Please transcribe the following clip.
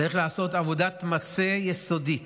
צריך לעשות עבודת מטה יסודית